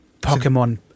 Pokemon